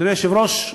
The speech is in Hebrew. ואדוני היושב-ראש,